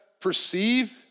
perceive